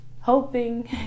hoping